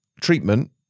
treatment